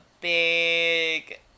big